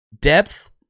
Depth